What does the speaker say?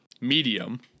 medium